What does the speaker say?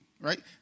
Right